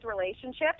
relationships